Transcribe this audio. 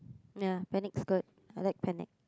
ya Panic's good I like Panic